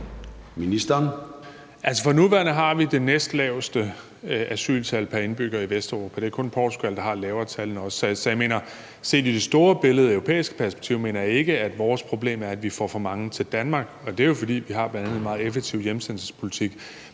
Dybvad Bek): For nuværende har vi det næstlaveste asyltal pr. indbygger i Vesteuropa. Det er kun Portugal, der har et lavere tal end os. Så set i det store billede i europæisk perspektiv mener jeg ikke, at vores problem er, at vi får for mange til Danmark, og det er jo, fordi vi bl.a. har en meget effektiv hjemsendelsespolitik.